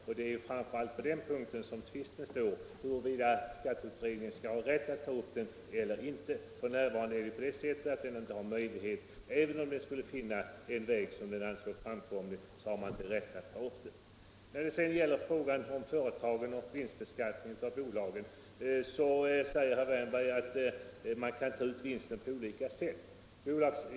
Tvisten gäller framför allt huruvida skatteutredningen skall ha rätt att ta upp denna fråga eller inte. För närvarande har utredningen inte möjlighet att ta upp frågan, även om den skulle finna en framkomlig väg att lösa problemet. När det sedan gäller vinstbeskattning av bolagen säger herr Wärnberg att man kan ta ut vinsten på olika sätt.